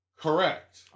Correct